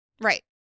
Right